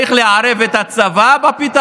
מי רצח את כל הערבים האלה?